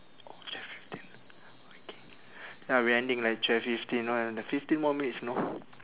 oh twelve fifteen ya we ending like twelve fifteen know fifteen more minutes know